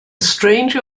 stranger